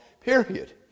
Period